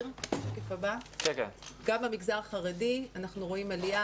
גם במגזר החרדי אנחנו רואים עלייה,